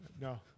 No